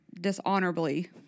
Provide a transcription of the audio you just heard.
dishonorably